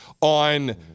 on